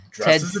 ted